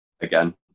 Again